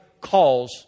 calls